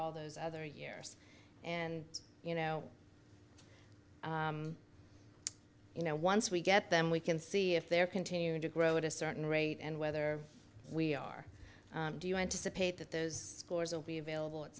all those other years and you know you know once we get them we can see if they're continuing to grow at a certain rate and whether we are do you anticipate that those scores and be available at